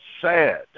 sad